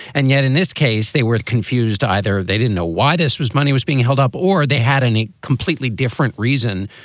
and yet in this case, they were confused either. they didn't know why this was money was being held up or they had any completely different reason.